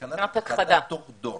בסכנת הכחדה תוך דור.